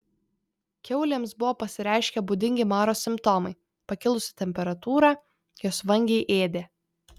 kiaulėms buvo pasireiškę būdingi maro simptomai pakilusi temperatūra jos vangiai ėdė